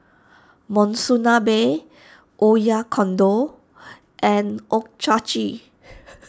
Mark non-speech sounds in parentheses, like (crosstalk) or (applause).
Monsunabe Oyakodon and (unintelligible)